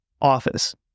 office